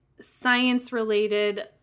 science-related